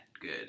good